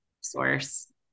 source